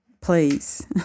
please